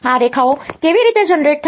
આ રેખાઓ કેવી રીતે જનરેટ થાય છે